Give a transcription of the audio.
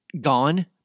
gone